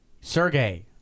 Sergey